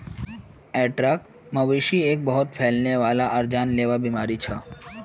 anthrax, मवेशिर एक बहुत फैलने वाला आर जानलेवा बीमारी छ